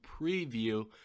preview